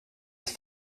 des